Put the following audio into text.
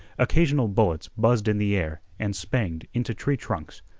occasional bullets buzzed in the air and spanged into tree trunks.